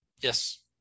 Yes